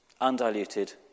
undiluted